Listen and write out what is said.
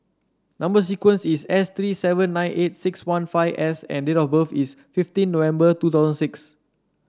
number sequence is S three seven nine eight six one five S and date of birth is fifteen November two thousand six